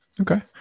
Okay